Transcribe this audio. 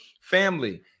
Family